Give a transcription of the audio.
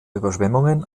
überschwemmungen